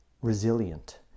resilient